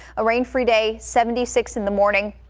a rain-free day seventy six in the morning.